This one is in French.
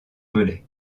velay